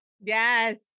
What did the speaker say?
Yes